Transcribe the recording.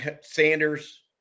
Sanders